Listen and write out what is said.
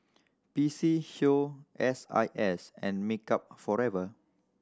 P C Show S I S and Makeup Forever